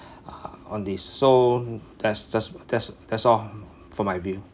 on this so that's just that's that's all for my view